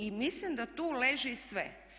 I mislim da tu leži sve.